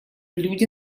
люди